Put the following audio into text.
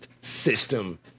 system